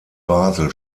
basel